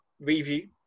review